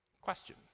Question